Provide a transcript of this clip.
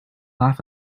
laugh